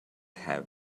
have